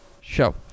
show